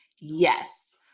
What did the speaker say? Yes